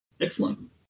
Excellent